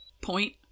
point